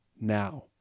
now